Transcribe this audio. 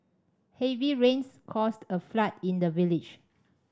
heavy rains caused a flood in the village